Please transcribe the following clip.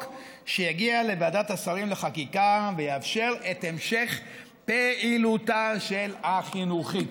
שיגיע לוועדת השרים לחקיקה ויאפשר את המשך הפעילות של החינוכית".